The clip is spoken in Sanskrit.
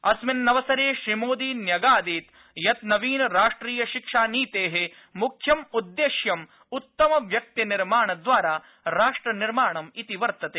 अस्मिन्नवसरे श्रीमोदी न्यगादीत् यत् नवीन राष्ट्रिय शिक्षानीतेः मुख्यमुद्देश्यं उत्तमव्यक्तिनिर्माणद्वारा राष्ट्रनिर्माणम् इति वर्तते